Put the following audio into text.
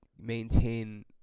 maintain